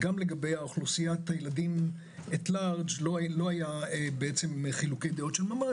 גם לגבי אוכלוסיית הילדים בגדול לא היו חילוקי דעות של ממש.